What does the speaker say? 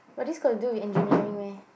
but this got to do with engineering meh